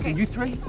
you three,